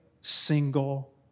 single